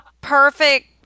perfect